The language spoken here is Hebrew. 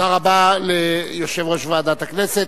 תודה רבה ליושב-ראש ועדת הכנסת.